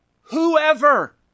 Whoever